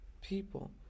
people